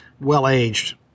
well-aged